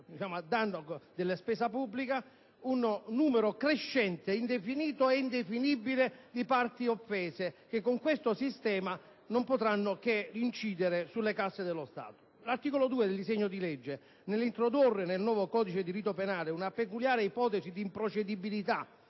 delle spese un numero crescente, indefinito e indefinibile, di parti offese. Questo sistema non potrà che incidere sulle casse dello Stato. L'articolo 2 del disegno di legge, nell'introdurre nel nuovo codice di rito penale una peculiare ipotesi di improcedibilità